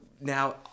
now